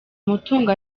mutungo